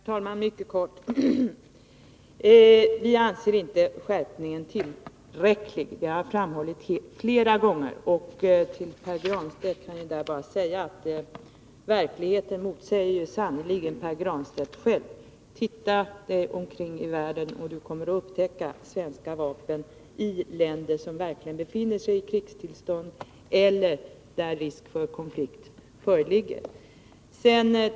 Herr talman! Jag skall fatta mig mycket kort. Vi anser inte denna skärpning tillräcklig. Det har vi framhållit flera gånger. Till Pär Granstedt vill jag säga att verkligheten sannerligen motsäger Pär Granstedt själv. Titta dig omkring i världen, och du kommer att upptäcka svenska vapen i länder, som verkligen befinner sig i krigstillstånd eller där risk för konflikt föreligger.